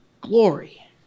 glory